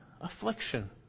affliction